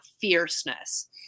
fierceness